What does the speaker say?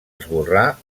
esborrar